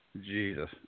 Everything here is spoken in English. Jesus